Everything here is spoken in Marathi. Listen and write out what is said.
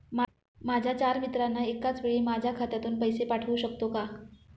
माझ्या चार मित्रांना एकाचवेळी माझ्या खात्यातून पैसे पाठवू शकतो का?